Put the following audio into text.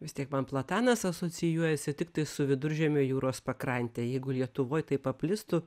vis tiek man platanas asocijuojasi tiktai su viduržemio jūros pakrante jeigu lietuvoj taip paplistų